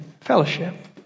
fellowship